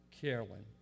Carolyn